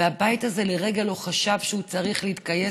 והבית הזה לרגע לא חשב שהוא צריך להתכנס